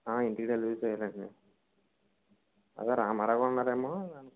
ఇంటికి డెలివరీ చేయాలండి అదే రామారావుగారు ఉన్నారేమో